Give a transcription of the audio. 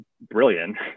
brilliant